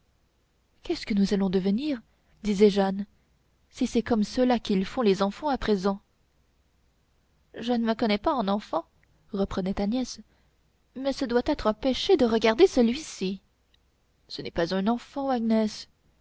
qu'est-ce que nous allons devenir disait jehanne si c'est comme cela qu'ils font les enfants à présent je ne me connais pas en enfants reprenait agnès mais ce doit être un péché de regarder celui-ci ce n'est pas un enfant agnès